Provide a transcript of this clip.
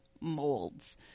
molds